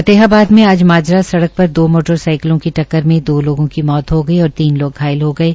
फतेहाबाद में आज माजरा सड़क पर दो मोटर साइकिल की टक्कर में दो लोगों की मौत हो गई और तीन लोग घायल हो गये